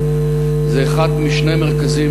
זה אחד משני מרכזים,